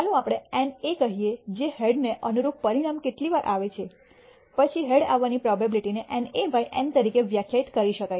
ચાલો આપણે NA કહીએ જે હેડ ને અનુરૂપ પરિણામ કેટલી વાર આવે છે પછી હેડ આવાની પ્રોબેબીલીટીને NA બાય N તરીકે વ્યાખ્યાયિત કરી શકાય છે